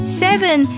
seven